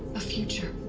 a future?